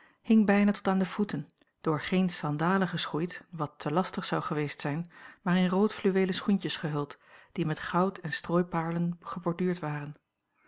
hing bijna tot aan de voeten door geen sandalen geschoeid wat te lastig zou geweest zijn maar in rood fluweelen schoentjes gehuld die met goud en strooipaarlen geborduurd waren